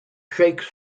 shakes